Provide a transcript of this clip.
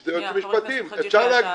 בשביל זה יש יועצים משפטיים, אפשר להגדיר.